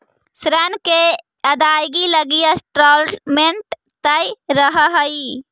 ऋण के अदायगी लगी इंस्टॉलमेंट तय रहऽ हई